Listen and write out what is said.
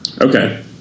Okay